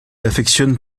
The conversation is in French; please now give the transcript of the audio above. affectionne